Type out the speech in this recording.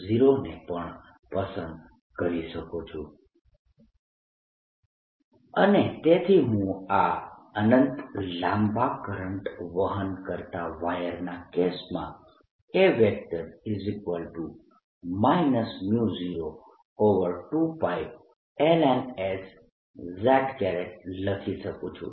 A|As∂z Az∂s0I2πs As0 Az 0I2π ln s A0 અને તેથી હું આ અનંત લાંબા કરંટ વહન કરતા વાયરના કેસમાં A 02π ln s z લખી શકું છું